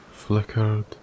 Flickered